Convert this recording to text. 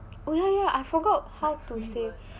oh ya ya I forgot how to say